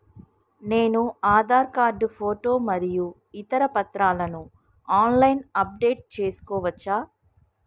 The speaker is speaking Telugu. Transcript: నేను ఆధార్ కార్డు ఫోటో మరియు ఇతర పత్రాలను ఆన్ లైన్ అప్ డెట్ చేసుకోవచ్చా?